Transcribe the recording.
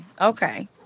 okay